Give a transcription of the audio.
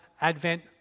Advent